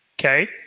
Okay